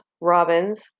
robins